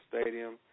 Stadium